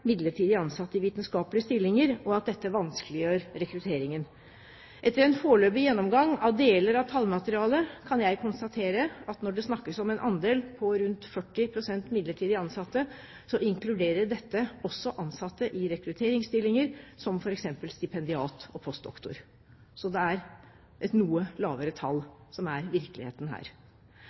midlertidig ansatte i vitenskapelige stillinger, og at dette vanskeliggjør rekrutteringen. Etter en foreløpig gjennomgang av deler av tallmaterialet kan jeg konstatere at når det snakkes om en andel på rundt 40 pst. midlertidig ansatte, inkluderer dette også ansatte i rekrutteringsstillinger som f.eks. stipendiat og postdoktor. Så det er et noe lavere tall som er virkeligheten her.